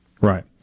Right